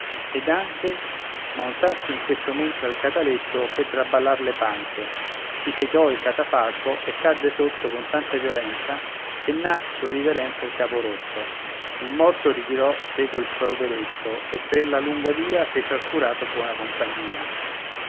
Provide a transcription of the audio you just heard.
ed anche ma un sasso in questo mentre al cataletto fe traballar le panche si piegò il catafalco e cadde sotto con tanta violenza che n'ha sua riverenza il capo rotto il morto tirò seco il poveretto e per la lunga via fece al curato buona compagnia